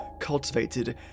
cultivated